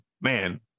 Man